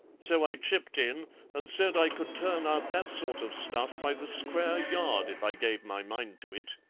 so i chipped in and said i could turn out that sort of stuff by the square yard if i gave my mind to it.